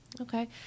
okay